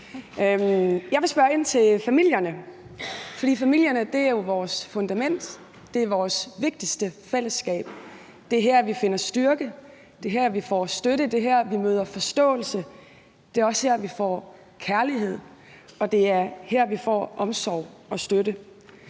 Jeg vil spørge ind til familierne, for familierne er jo vores fundament. Det er vores vigtigste fællesskab, det er her, vi finder styrke, det er her, vi får støtte, det er her, vi møder forståelse, det er også her, vi får kærlighed, og det er her, vi får omsorg og støtte.